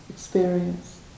Experience